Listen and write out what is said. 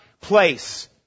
place